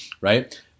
right